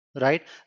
right